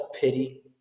pity